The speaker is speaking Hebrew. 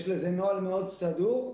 יש לזה נוהל מאוד סגור.